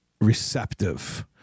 receptive